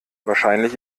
wahrscheinlich